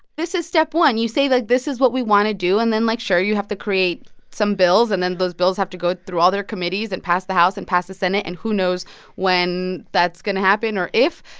this is step one. you say, like, this is what we want to do. and then, like, sure, you have to create some bills and then those bills have to go through all their committees and pass the house and pass the senate. and who knows when that's going to happen or if?